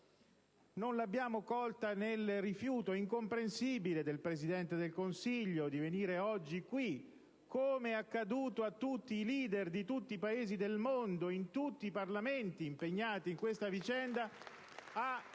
non l'abbiamo colta nel rifiuto incomprensibile del Presidente del Consiglio a venire qui oggi, analogamente a quanto fatto da tutti i leader di tutti i Paesi del mondo e in tutti i Parlamenti impegnati in questa vicenda,